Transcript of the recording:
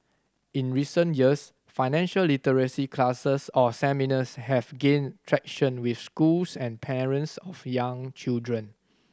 in recent years financial literacy classes or seminars have gained traction with schools and parents of young children